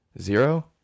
Zero